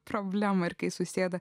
problemą ir kai susėda